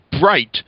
bright